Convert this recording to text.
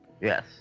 Yes